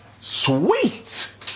sweet